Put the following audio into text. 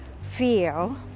feel